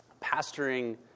pastoring